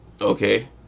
Okay